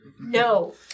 No